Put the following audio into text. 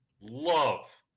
love